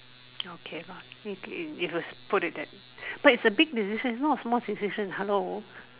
okay lor if if you put it that but it's a big decision not a small decision hello